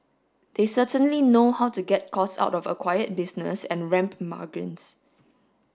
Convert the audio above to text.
they certainly know how to get costs out of acquired business and ramp margins